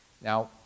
Now